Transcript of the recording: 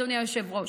אדוני היושב-ראש,